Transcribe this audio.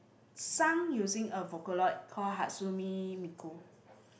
Sang using a Vocaloid called Hardzumimikul